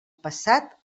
passat